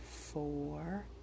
four